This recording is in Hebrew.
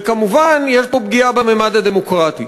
וכמובן, יש פה פגיעה בממד הדמוקרטי,